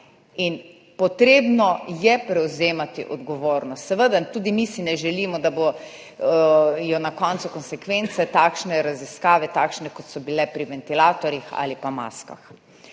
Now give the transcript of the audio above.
Treba je prevzemati odgovornost. Seveda, tudi mi si ne želimo, da bodo na koncu konsekvence te raziskave takšne, kot so bile pri ventilatorjih ali pa maskah.